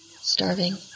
Starving